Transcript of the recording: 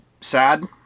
sad